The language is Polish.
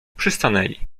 przystanęli